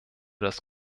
das